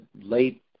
late